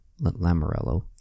Lamorello